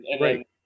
Right